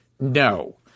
no